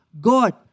God